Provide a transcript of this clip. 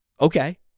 okay